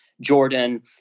Jordan